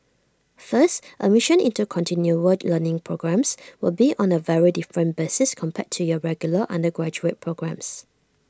first admission into continual word learning programmes will be on A very different basis compared to your regular undergraduate programmes